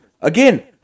Again